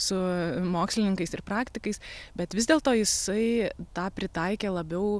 su mokslininkais ir praktikais bet vis dėlto jisai tą pritaikė labiau